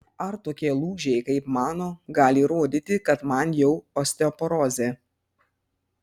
ar tokie lūžiai kaip mano gali rodyti kad man jau osteoporozė